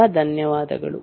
ತುಂಬ ಧನ್ಯವಾದಗಳು